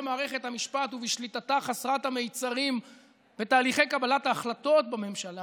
מערכת המשפט ובשליטתה חסרת המצרים בתהליכי קבלת ההחלטות בממשלה